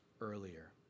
earlier